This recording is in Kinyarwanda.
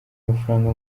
mafaranga